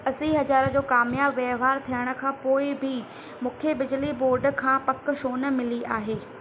असी हज़ार जो कामयाब वहिंवारु थियण खां पोइ बि मूंखे बिजली बोर्ड खां पक छो न मिली आहे